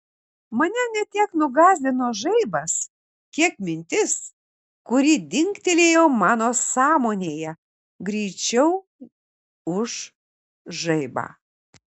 mane ne tiek nugąsdino žaibas kiek mintis kuri dingtelėjo mano sąmonėje greičiau už žaibą